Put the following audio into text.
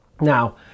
Now